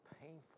painful